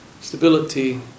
stability